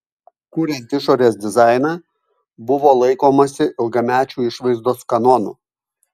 kuriant išorės dizainą buvo laikomasi ilgamečių išvaizdos kanonų